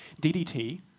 DDT